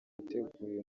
yiteguye